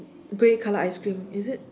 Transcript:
grey color ice cream is it